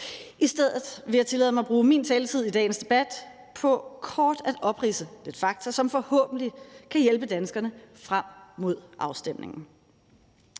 I stedet vil jeg tillade mig at bruge min taletid i dagens debat på kort at opridse lidt fakta, som forhåbentlig kan hjælpe danskerne frem mod afstemningen.